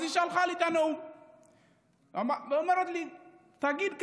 אז היא שלחה לי את הנאום והיא אומרת לי: תגיד כך: